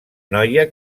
noia